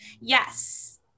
Yes